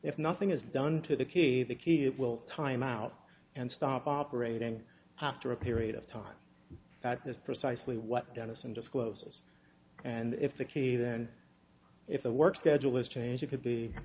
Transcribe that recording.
if nothing is done to the key the key it will timeout and stop operating after a period of time that is precisely what dennison disclose and if the key then if the work schedule is change you could be